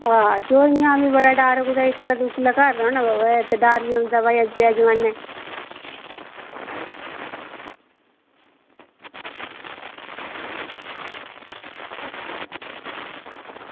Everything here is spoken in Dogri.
ओह् इंया बड़ा डर कुदै इक्कलै घर रौह्ना होऐ ते इत्त डर बी औंदा अज्जै जमानै